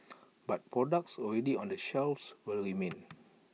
but products already on the shelves will remain